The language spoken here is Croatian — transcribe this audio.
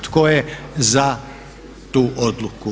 Tko je za tu odluku?